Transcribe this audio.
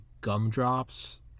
gumdrops